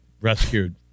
rescued